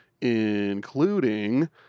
including